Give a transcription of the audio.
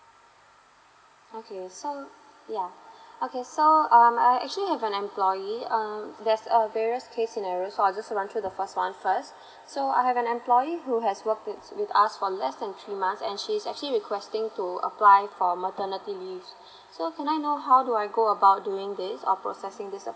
okay so yeah okay so um I actually have an employee um there's um various okay scenario so I just go through the first one first so I have an employee who has worked with us for less than three months and she's actually requesting to apply for maternity leave so can I know how do I go about doing this or processing this